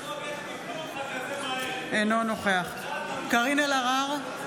אינו נוכח קארין אלהרר,